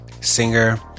singer